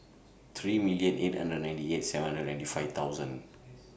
three million eight hundred and ninety eight seven and ninety five thousand